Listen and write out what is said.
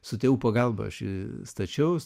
su tėvų pagalba aš jį stačiaus